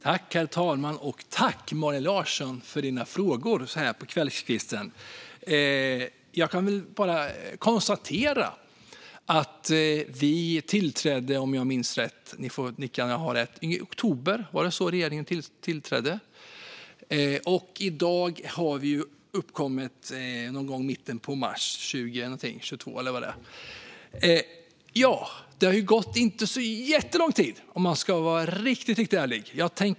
Herr talman! Tack, Malin Larsson, för dina frågor så här på kvällskvisten! Jag kan bara konstatera att regeringen tillträdde i oktober, och i dag är det den 22 mars. Det har inte gått så jättelång tid, om man ska vara riktigt ärlig.